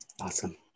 Awesome